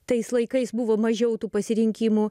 tais laikais buvo mažiau tų pasirinkimų